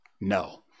no